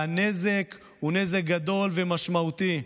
והנזק הוא נזק גדול ומשמעותי.